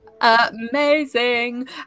amazing